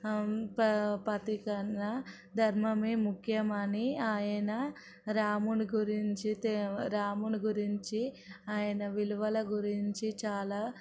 పతి కన్నా ధర్మమే ముఖ్యమని ఆయన రాముడి గురించి తె రాముడి గురించి ఆయన విలువల గురించి చాలా